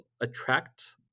attract